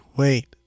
wait